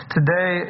Today